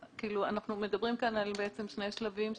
אנחנו מדברים כאן על שני שלבים שלכם: